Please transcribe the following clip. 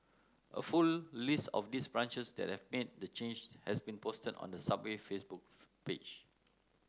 a full list of these branches that have made the change has been posted on the Subway Facebook page